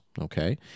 Okay